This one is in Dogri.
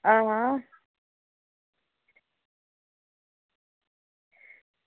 आं